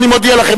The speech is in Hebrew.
אני מודיע לכם,